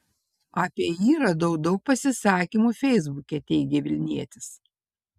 apie jį radau daug pasisakymų feisbuke teigė vilnietis